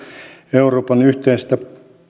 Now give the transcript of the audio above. euroopan yhteisestä